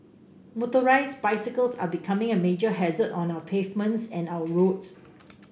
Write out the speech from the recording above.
motorised bicycles are becoming a major hazard on our pavements and our roads